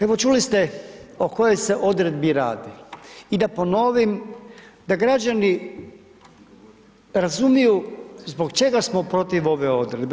Evo čuli ste o kojoj se odredbi radi i da ponovim da građani razumiju zbog čega smo protiv ove odredbe.